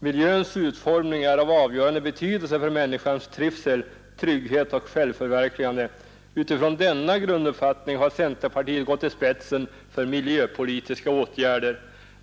”Miljöns utformning är av avgörande betydelse för människans trivsel, trygghet och självförverkligande. Utifrån denna grunduppfattning har centerpartiet gått i spetsen för miljöpolitiska åtgärder.